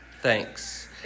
thanks